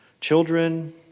children